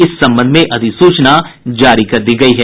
इस संबंध में अधिसूचना जारी कर दी गयी है